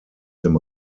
dem